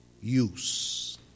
use